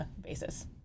basis